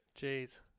Jeez